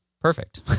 perfect